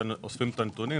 עד שאוספים את הנתונים,